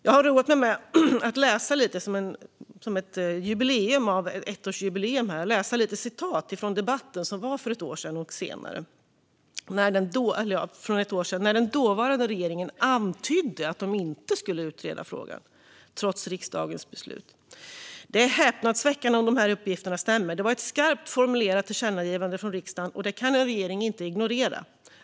Jag har, som ett ettårsjubileum, roat mig med att läsa lite citat från debatten för ett år sedan, när den dåvarande regeringen antydde att man inte skulle utreda frågan, trots riksdagens beslut. "Det är häpnadsväckande om de här uppgifterna stämmer. Det var ett skarpt formulerat tillkännagivande från riksdagen och det kan regeringen inte ignorera.